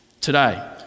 today